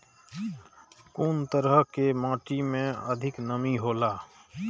कुन तरह के माटी में अधिक नमी हौला?